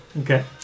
Okay